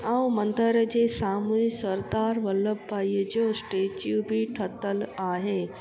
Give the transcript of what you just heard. ऐं मंदर जे साम्हूं ई सरदार वल्लभ भाईअ जो स्टैचू बि ठहियलु आहे